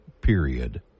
period